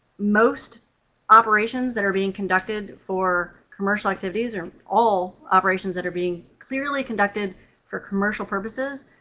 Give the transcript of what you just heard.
most operations that are being conducted for commercial activities or all operations that are being clearly conducted for commercial purposes